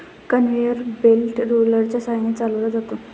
conveyor belt रोलरच्या सहाय्याने चालवला जातो